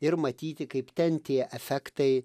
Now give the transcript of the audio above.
ir matyti kaip ten tie efektai